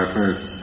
first